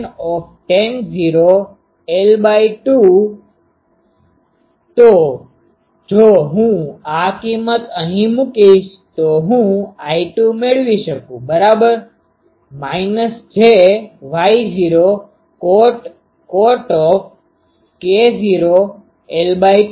j Zo ten K0 l2તો જો હું આ કિંમત અહીં મુકીશ તો હું I2 મેળવી શકું બરાબર jy0cot k0 l2 minus J Y0 2 cot k0 l2 બરાબર